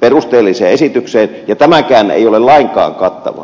perusteelliseen esitykseen ja tämäkään ei ole lainkaan kattava